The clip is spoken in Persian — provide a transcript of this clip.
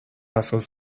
اساس